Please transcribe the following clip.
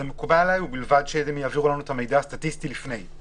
זה מקובל עלי ובלבד שיעבירו לנו את המידע הסטטיסטי לפני.